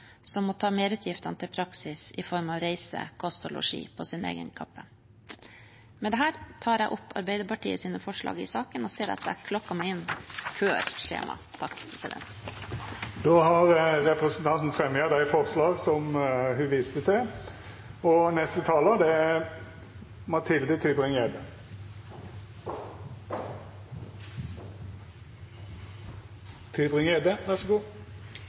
som må ta merutgiftene til praksis i form av reise, kost og losji på sin egen kappe. Med dette tar jeg opp forslagene Arbeiderpartiet har sammen med Senterpartiet og SV i saken.